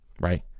right